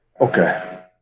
Okay